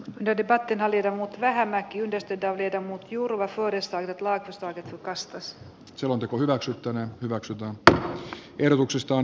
ded rationality vähämäki yhdistetään viedä mut jurva suoristanut laitoston rastas selonteko hyväksyttäneen hyväksy tätä lakiehdotus hylätään